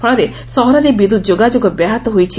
ଫଳରେ ସହରରେ ବିଦ୍ୟୁତ ଯୋଗାଯୋଗ ବ୍ୟାହତ ହୋଇଛି